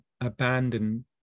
abandon